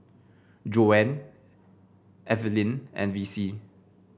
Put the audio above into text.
Joann Eveline and Vicy